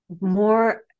more